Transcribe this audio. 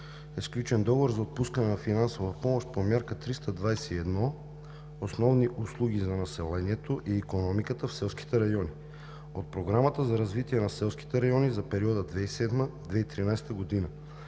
сключен договор за отпускане на финансова помощ по мярка 321 „Основни услуги за населението и икономиката в селските райони“ от Програмата за развитие на селските райони за периода 2007 – 2013 г.,